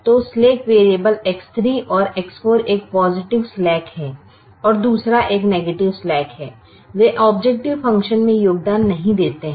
दो slack variable X3 और X4 एक पॉजिटिव स्लैक है और दूसरा एक निगेटिव स्लैक है वे ऑब्जेक्टिव फंक्शन में योगदान नहीं देते हैं